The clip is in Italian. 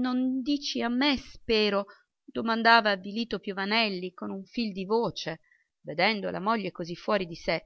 non dici a me spero domandava avvilito piovanelli con un fil di voce vedendo la moglie così fuori di sé